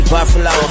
Buffalo